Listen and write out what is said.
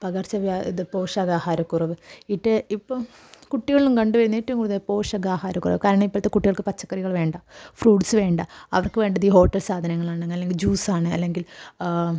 പകർച്ചവ്യാ ഇത് പോഷകാഹാരക്കുറവ് ഇത് ഇപ്പം കുട്ടികളിലും കണ്ടുവരുന്ന ഏറ്റവും കൂടുതൽ പോഷകാഹാര കുറവ് കാരണം ഇപ്പോഴത്തെ കുട്ടികൾക്ക് പച്ചക്കറികൾ വേണ്ട ഫ്രൂട്സ് വേണ്ട അവർക്ക് വേണ്ടത് ഈ ഹോട്ടൽ സാധനങ്ങളാണ് അല്ലെങ്കിൽ ജ്യൂസാണ് അല്ലെങ്കിൽ